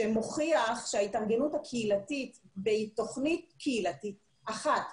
שמוכיח שההתארגנות הקהילתית בתוכנית קהילתית אחת,